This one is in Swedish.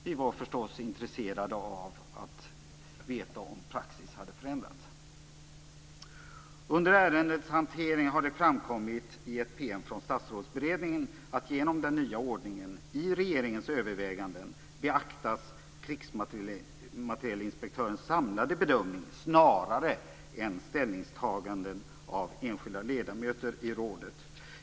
Vi var förstås intresserade av att veta om praxis hade förändrats. Under ärendets hantering har det i ett PM från Statsrådsberedningen framkommit att krigsmaterielinspektörens samlade bedömning snarare än ställningstaganden från enskilda ledamöter i rådet beaktas i regeringens överväganden genom den nya ordningen.